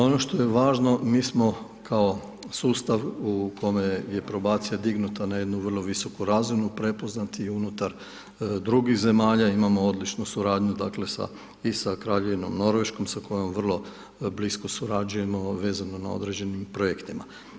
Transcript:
Ono što je važno, mi smo kao sustav u kome je probacija dignuta na jednu vrlo visoku razinu, prepoznat je unutar drugih zemalja, imamo odličnu suradnju dakle i sa Kraljevinom Norveškom sa kojom vrlo blisko surađujemo vezano na određenim projektima.